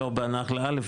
לא בנחלה א',